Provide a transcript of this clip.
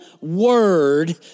word